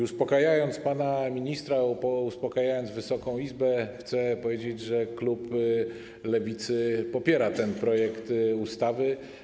Uspokajając pana ministra, uspokajając Wysoką Izbę, chcę powiedzieć, że klub Lewicy popiera ten projekt ustawy.